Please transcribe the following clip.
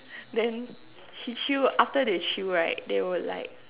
then he chew after they chew right they would like